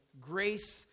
grace